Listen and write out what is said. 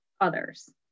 others